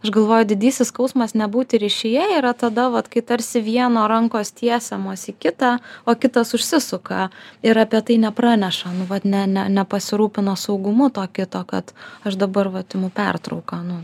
aš galvoju didysis skausmas nebūti ryšyje yra tada vat kai tarsi vieno rankos tiesiamos į kitą o kitas užsisuka ir apie tai nepraneša nu vat ne ne nepasirūpino saugumu to kito kad aš dabar vat imu pertrauką nu